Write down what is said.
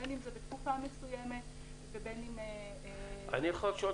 בין אם זה בתקופה מסוימת ובין --- אני יכול לשאול